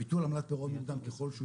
ביטול עמלת פירעון מוקדם ככל שהוא